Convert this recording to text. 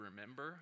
remember